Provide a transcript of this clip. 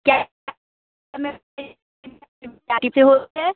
क्या हैं